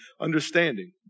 understanding